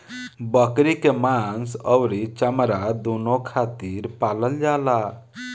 बकरी के मांस अउरी चमड़ा दूनो खातिर पालल जाला